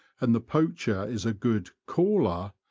and the poacher is a good caller,